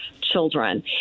children